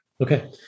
Okay